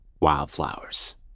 Wildflowers